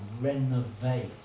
renovate